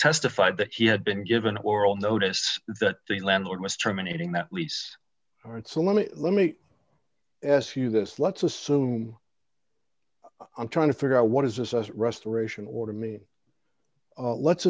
testified that he had been given oral notice that the landlord was terminating that lease and so let me let me ask you this let's assume i'm trying to figure out what is this a restoration or to me let's